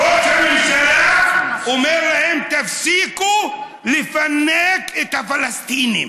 ראש הממשלה אומר להם: תפסיקו לפנק את הפלסטינים.